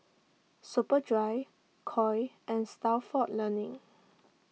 Superdry Koi and Stalford Learning